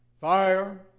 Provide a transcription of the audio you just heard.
Fire